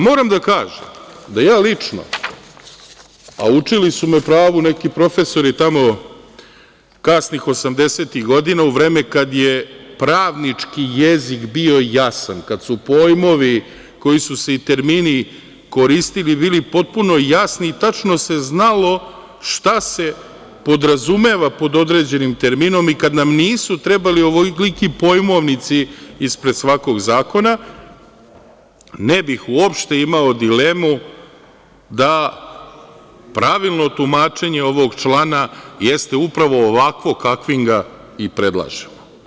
Moram da kažem da ja lično, a učili su me pravu neki profesori tamo, kasnih osamdesetih godina, u vreme kad je pravnički jezik bio jasan, kad su pojmovi i termini koji su se koristili bili potpuno jasni i tačno se znalo šta se podrazumeva pod određenim terminom i kad nam nisu trebali ovoliki pojmovnici ispred svakog zakona, ne bih uopšte imao dilemu da pravilno tumačenje ovog člana jeste upravo ovakvo kakvim ga i predlažemo.